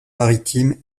maritime